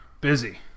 Busy